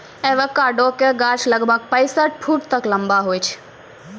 avocado के गाछ लगभग पैंसठ फुट तक लंबा हुवै छै